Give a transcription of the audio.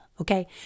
Okay